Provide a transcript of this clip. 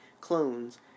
clones